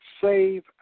save